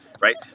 right